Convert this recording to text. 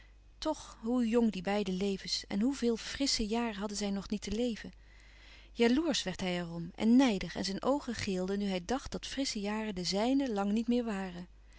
toch hoe jong die beide levens en hoe vele frissche jaren hadden zij nog niet te leven jaloersch werd hij er om en nijdig en zijn oogen geelden nu hij dacht dat frissche jaren de zijne lang niet meer waren